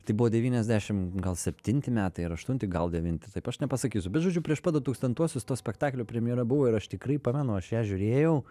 tai buvo devyniasdešimt gal septinti metai ar aštunti gal devinti taip aš nepasakysiu bet žodžiu prieš pat du tūkstantuosius to spektaklio premjera buvo ir aš tikrai pamenu aš ją žiūrėjau